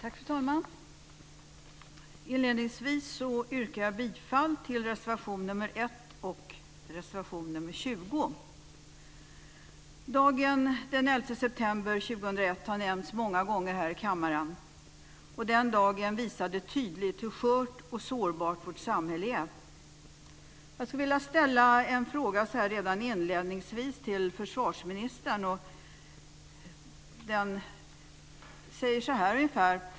Fru talman! Inledningsvis yrkar jag bifall till reservationerna nr 1 och nr 20. Dagen den 11 september 2001 har nämnts många gånger här i kammaren. Den dagen visade tydligt hur skört och sårbart vårt samhälle är. Jag skulle redan i inledningen vilja ställa en fråga till försvarsministern.